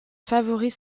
favoris